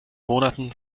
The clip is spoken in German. monaten